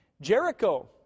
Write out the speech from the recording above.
Jericho